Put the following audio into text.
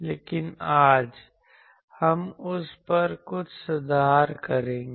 लेकिन आज हम उस पर कुछ सुधार करेंगे